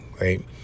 right